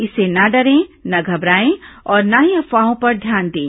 इससे न डरें न घबराएं और न ही अफवाहों पर ध्यान दें